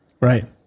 Right